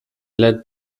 led